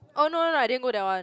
oh no no no I didn't go that one